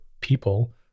people